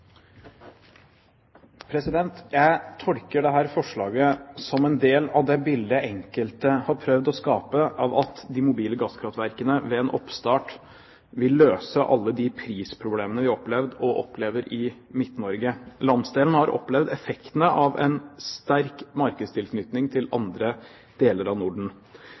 Jeg tolker dette forslaget som en del av det bildet enkelte har prøvd å skape, at en med en oppstart av de mobile gasskraftverkene vil løse alle de prisproblemene vi har opplevd, og opplever, i Midt-Norge. Landsdelen har opplevd effektene av en sterk markedstilknytning til andre deler av Norden.